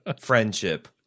friendship